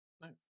Nice